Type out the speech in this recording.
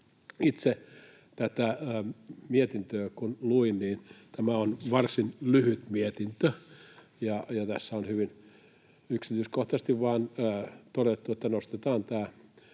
Itse tätä mietintöä kun luin, niin tämä on varsin lyhyt mietintö ja tässä on hyvin yksityiskohtaisesti vain todettu, että nostetaan tämä